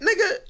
Nigga